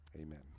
Amen